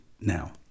now